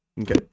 Okay